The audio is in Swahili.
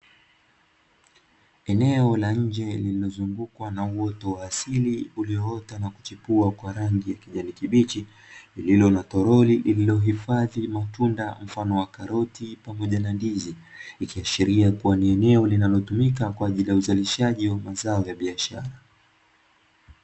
Eneo la nje lililozungukwa na uoto wa asili ulioota na kuchipua kwa rangi ya kijani kibichi, lililo na toroli lililohifadhi matunda mfano wa karoti pamoja na ndizi, ikiashiria kuwa ni eneo linalotumika kwa ajili ya uzalishaji wa mazao ya biashara.